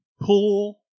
pool